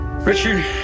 Richard